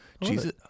Jesus